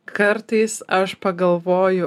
kartais aš pagalvoju